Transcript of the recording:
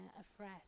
afresh